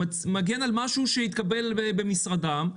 מגן על משהו שהתקבל במשרדם.